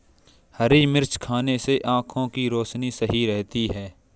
हरी मिर्च खाने से आँखों की रोशनी सही रहती है